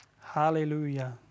Hallelujah